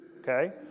okay